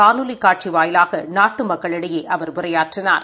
காணொலி காட்சி வாயிவாக நாட்டு மக்களிடையே அவர் உரையாற்றினார்